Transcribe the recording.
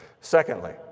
Secondly